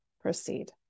proceed